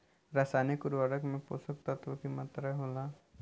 रसायनिक उर्वरक में पोषक तत्व की मात्रा होला?